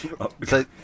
Okay